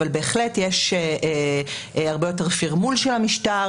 אבל בהחלט יש הרבה יותר פרמול של המשטר